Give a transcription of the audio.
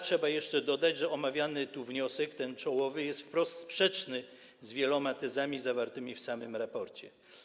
Trzeba jeszcze dodać, że omawiany tu wniosek, ten czołowy, jest sprzeczny z wieloma tezami zawartymi w samym raporcie.